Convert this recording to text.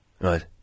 Right